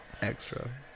Extra